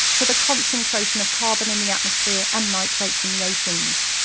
to the concentration of carbon in the atmosphere and nitrates in the oceans.